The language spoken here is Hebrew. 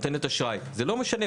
נותנת אשראי, זה לא משנה.